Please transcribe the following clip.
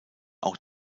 auch